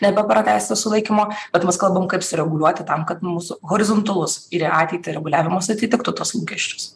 nebepratęsti sulaikymo bet mes kalbam kaip sureguliuoti tam kad mūsų horizontalus ir į ateitį reguliavimas atitiktų tuos lūkesčius